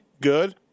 good